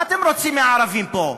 מה אתם רוצים מהערבים פה?